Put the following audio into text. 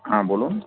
হ্যাঁ বলুন